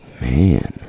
Man